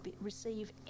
receive